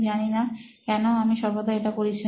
আমি জানি না কেন আমি সর্বদাই এটা করি